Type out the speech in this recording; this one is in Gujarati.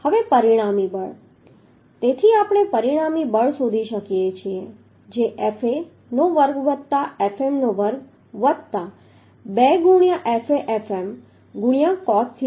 હવે પરિણામી બળ તેથી આપણે પરિણામી બળ શોધી શકીએ છીએ જે Fa નો વર્ગ વત્તા Fm નો વર્ગ વત્તા 2 Fa Fm ગુણ્યાં cos થીટા હશે